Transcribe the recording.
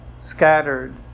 scattered